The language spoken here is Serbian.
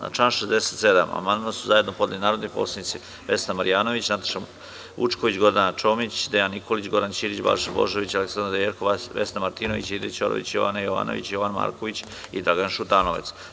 Na član 67. amandman su zajedno podneli narodni poslanici Vesna Marjanović, Nataša Vučković, Gordana Čomić, Dejan Nikolić, Goran Ćirić, Balša Božović, mr Aleksandra Jerkov, Vesna Martinović, Aida Ćorović, Jovana Jovanović, Jovan Marković i Dragan Šutanovac.